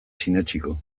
sinetsiko